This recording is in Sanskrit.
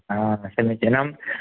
आ समीचीनं